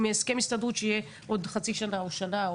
הסכם הסתדרות שיהיה עוד חצי שנה או שנה?